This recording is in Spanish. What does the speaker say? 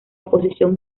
oposición